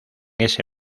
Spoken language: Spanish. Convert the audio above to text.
ese